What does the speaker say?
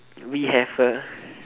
we have a